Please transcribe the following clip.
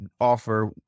offer